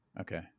Okay